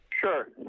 Sure